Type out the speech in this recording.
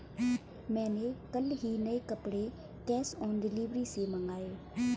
मैंने कल ही नए कपड़े कैश ऑन डिलीवरी से मंगाए